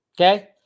Okay